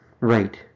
Right